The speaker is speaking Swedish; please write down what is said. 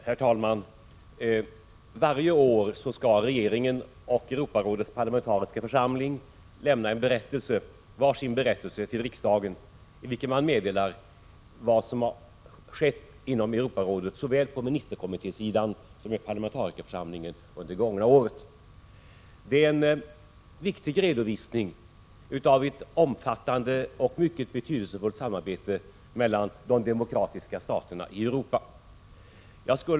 Herr talman! Varje år har regeringen och Europarådets parlamentariska församling att avlämna var sin berättelse till riksdagen, i vilken man meddelar vad som har skett inom Europarådet — såväl på ministerkommitté sidan som i parlamentarikerförsamlingen — under det gångna året. Det är en viktig redovisning av ett omfattande och mycket betydelsefullt samarbete mellan de demokratiska staterna i Europa.